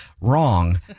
wrong